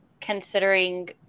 considering